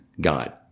God